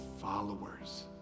followers